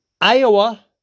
Iowa